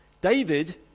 David